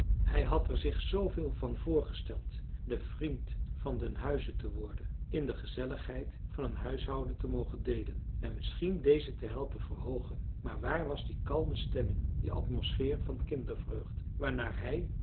hij had er zich zooveel van voorgesteld de vriend van den huize te worden in de gezelligheid van een huishouden te mogen deelen en misschien deze te helpen verhoogen maar waar was die kalme stemming die atmosfeer van kindervreugd waarnaar hij